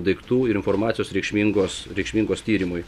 daiktų ir informacijos reikšmingos reikšmingos tyrimui